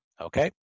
Okay